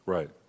Right